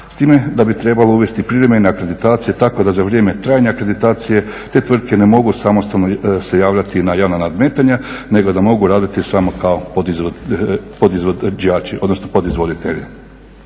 S time da bi trebalo uvesti privremene akreditacije tako da za vrijeme trajanja akreditacije te tvrtke ne mogu se samostalno javljati na javna nadmetanja nego da mogu raditi samo kao podizvođači